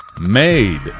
made